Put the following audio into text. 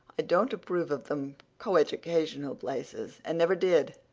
i don't approve of them coeducational places and never did,